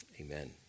Amen